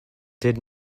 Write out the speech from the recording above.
did